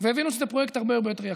והבינו שזה פרויקט הרבה הרבה יותר יקר.